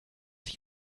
ich